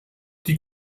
die